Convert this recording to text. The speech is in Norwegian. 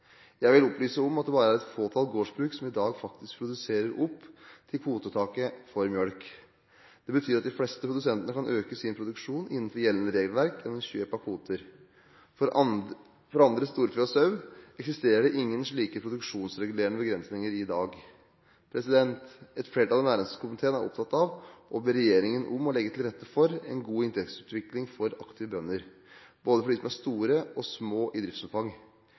Jeg vil opplyse om at det bare er et fåtall gårdsbruk som i dag faktisk produserer opp til kvotetaket for melk. Det betyr at de fleste produsentene kan øke sin produksjon innenfor gjeldende regelverk gjennom kjøp av kvoter. For andre storfe og sau eksisterer det ingen slike produksjonsregulerende begrensninger i dag. Et flertall i næringskomiteen er opptatt av å be regjeringen om å legge til rette for en god inntektsutvikling for aktive bønder – både for dem som er store og små i driftsomfang.